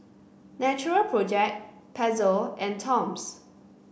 Natural Project Pezzo and Toms